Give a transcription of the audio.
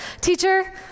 teacher